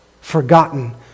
forgotten